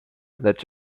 lecz